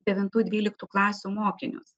devintų dvyliktų klasių mokinius